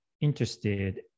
interested